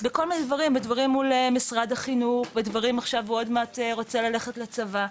זה מעין Tracker,